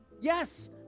yes